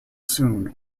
soon